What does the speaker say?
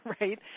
right